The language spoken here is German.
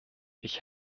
ich